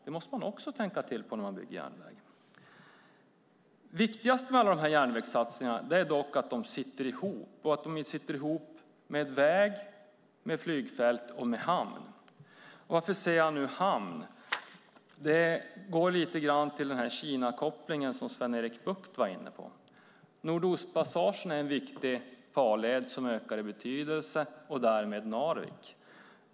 Det måste man också tänka på när man bygger järnväg. Viktigast med alla de här järnvägssatsningarna är dock att de sitter ihop och att de sitter ihop med väg, flygfält och hamn. Hamn nämner jag för att lite grann knyta an till den Kinakoppling som Sven-Erik Bucht var inne på. Nordostpassagen är en viktig farled som ökar i betydelse, därmed också Narvik.